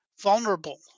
vulnerable